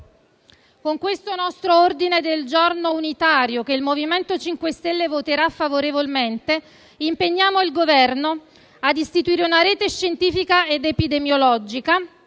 Con questo ordine del giorno unitario, che il MoVimento 5 Stelle voterà favorevolmente, impegniamo il Governo a: istituire una rete scientifica ed epidemiologica,